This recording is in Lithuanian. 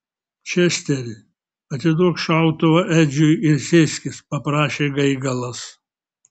česteri atiduok šautuvą edžiui ir sėskis paprašė gaigalas